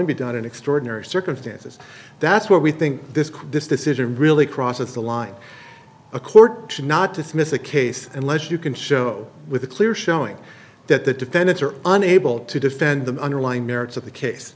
be done in extraordinary circumstances that's what we think this this decision really crosses the line a court should not dismiss a case unless you can show with a clear showing that the defendants are unable to defend the underlying merits of the case